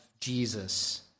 Jesus